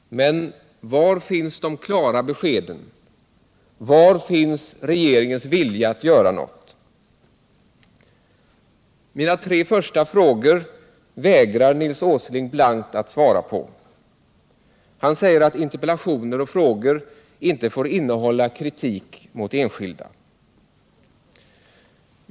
Men var finns de klara beskeden? Var finns regeringens vilja att göra något? Mina tre första frågor vägrar Nils Åsling blankt att svara på. Han säger att interpellationer och frågor inte får innehålla kritik mot enskilda.